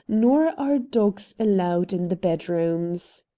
nor are dogs allowed in the bedrooms.